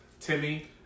Timmy